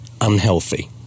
unhealthy